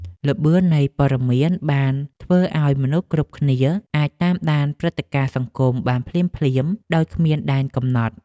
ល្បឿននៃព័ត៌មានបានធ្វើឱ្យមនុស្សគ្រប់គ្នាអាចតាមដានព្រឹត្តិការណ៍សង្គមបានភ្លាមៗដោយគ្មានដែនកំណត់។